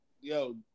Yo